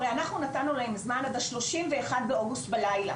הרי אנחנו נתנו להם זמן עד ה-31 באוגוסט בלילה,